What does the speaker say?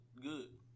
good